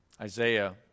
Isaiah